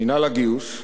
מינהל הגיוס,